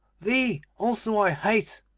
thee also i hate,